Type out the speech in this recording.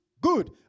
good